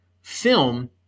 film